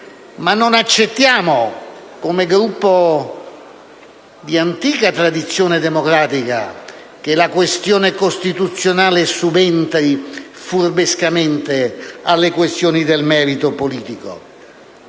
ma non accettiamo come Gruppo di antica tradizione democratica che la questione costituzionale subentri furbescamente alle questioni del merito politico.